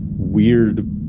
weird